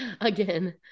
Again